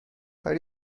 کاری